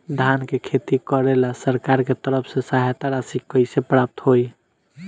धान के खेती करेला सरकार के तरफ से सहायता राशि कइसे प्राप्त होइ?